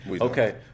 Okay